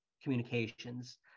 communications